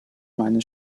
meinen